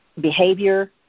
behavior